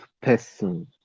person